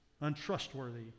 untrustworthy